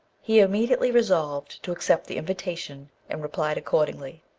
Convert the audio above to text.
he immediately resolved to accept the invitation, and replied accordingly.